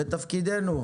זה תפקידנו.